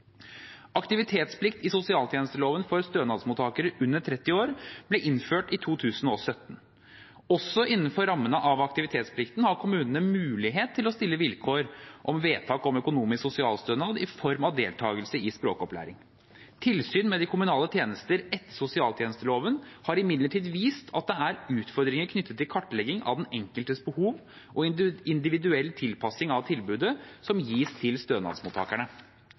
Aktivitetsplikt i sosialtjenesteloven for stønadsmottakere under 30 år ble innført i 2017. Også innenfor rammene av aktivitetsplikten har kommunene mulighet til å stille vilkår om vedtak om økonomisk sosialstønad i form av deltakelse i språkopplæring. Tilsyn med de kommunale tjenestene etter sosialtjenesteloven har imidlertid vist at det er utfordringer knyttet til kartleggingen av den enkeltes behov og individuell tilpasning av tilbudet som gis til stønadsmottakerne.